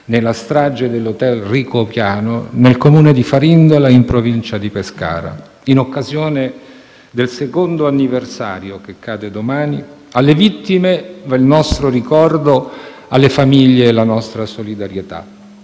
nella strage dell'hotel Rigopiano, nel Comune di Farindola, in provincia di Pescara. In occasione del secondo anniversario che ricorre domani, alle vittime va il nostro ricordo e alle famiglie la nostra solidarietà.